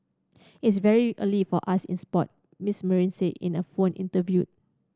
it's very early for us in sport Mister Marine said in a phone interview